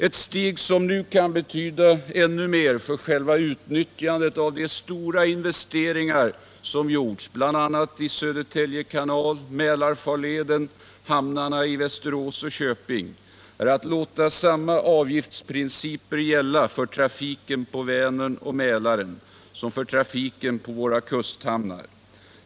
Ett steg som nu kan betyda ännu mer för själva utnyttjandet av de stora investeringar som gjorts i bl.a. Södertälje kanal, Mälarfarleden samt Västerås och Köpings hamnar är att låta samma avgiftsprinciper gälla för trafiken på Vänern och Mälaren som för trafiken på våra kusthamnar.